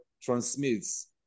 transmits